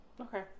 Okay